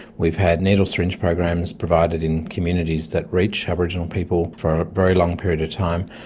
we've had needle syringe programs provided in communities that reach aboriginal people for a very long period of time.